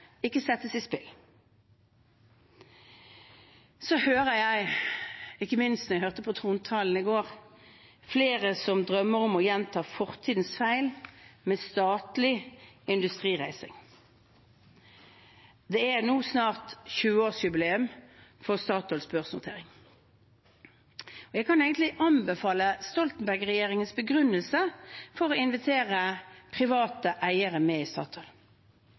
ikke settes i spill. Jeg hører – ikke minst da jeg hørte på trontaledebatten i går – flere som drømmer om å gjenta fortidens feil med statlig industrireising. Det er nå snart 20-årsjubileum for Statoils børsnotering, og jeg kan egentlig anbefale Stoltenberg-regjeringens begrunnelse for å invitere private eiere med i Statoil.